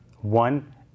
one